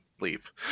leave